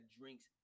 drinks